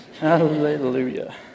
hallelujah